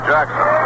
Jackson